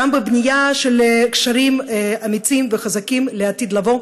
גם בבנייה של קשרים אמיצים וחזקים לעתיד לבוא,